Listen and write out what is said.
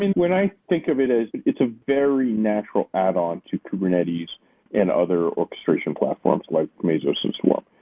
when i think of it, ah it's a very natural add-on to kubernetes and other orchestration platforms like mezos and swarm.